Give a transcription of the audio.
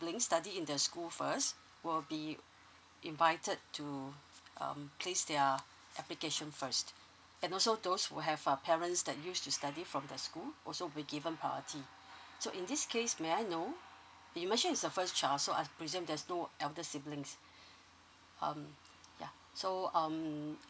siblings studying in the school first will be invited to um place their application first and also those who have uh parents that used to study from that school also will given priority so in this case may I know you mentioned is the first child so I presume there's no elder siblings um yeah so um